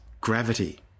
gravity